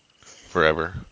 forever